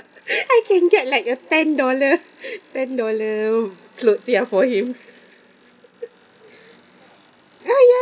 I can get like a ten dollar ten dollar clothes ya for him ah ya